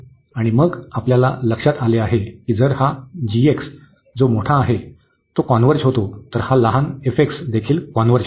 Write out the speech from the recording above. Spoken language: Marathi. आणि मग आपणास लक्षात आले आहे की जर हा g जो मोठा आहे तो कॉन्व्हर्ज होतो तर हा लहानदेखील कॉन्व्हर्ज होतो